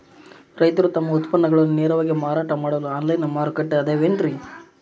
ರೈತರು ತಮ್ಮ ಉತ್ಪನ್ನಗಳನ್ನ ನೇರವಾಗಿ ಮಾರಾಟ ಮಾಡಲು ಆನ್ಲೈನ್ ಮಾರುಕಟ್ಟೆ ಅದವೇನ್ರಿ?